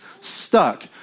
stuck